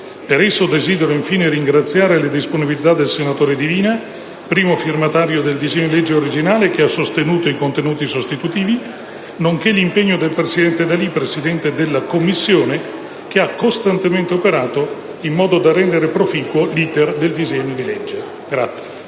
Per esso desidero, infine, ringraziare la disponibilità del senatore Divina, primo firmatario dell'originario disegno di legge, che ha sostenuto i contenuti sostitutivi, nonché l'impegno del senatore D'Alì, presidente della Commissione, che ha costantemente operato in modo da rendere proficuo l'*iter* del disegno di legge.